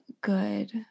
good